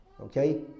Okay